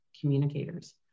communicators